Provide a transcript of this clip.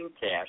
cash